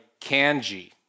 Kanji